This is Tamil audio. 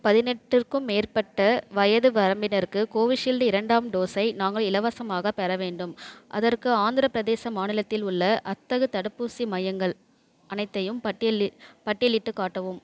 பதினெட்டிற்கும் மேற்பட்ட வயது வரம்பினருக்கு கோவிஷீல்டு இரண்டாம் டோஸை நாங்கள் இலவசமாகப் பெற வேண்டும் அதற்கு ஆந்திரப் பிரதேச மாநிலத்தில் உள்ள அத்தகு தடுப்பூசி மையங்கள் அனைத்தையும் பட்டியல் பட்டியலிட்டுக் காட்டவும்